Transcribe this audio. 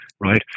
right